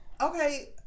Okay